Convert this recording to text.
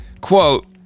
quote